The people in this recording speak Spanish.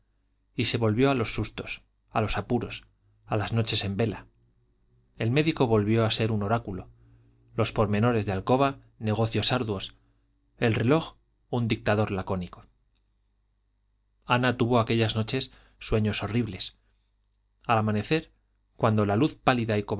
y se volvió a los sustos a los apuros a las noches en vela el médico volvió a ser un oráculo los pormenores de alcoba negocios arduos el reloj un dictador lacónico ana tuvo aquellas noches sueños horribles al amanecer cuando la luz pálida